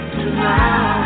tonight